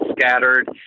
scattered